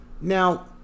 Now